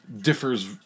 differs